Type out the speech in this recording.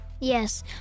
yes